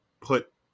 put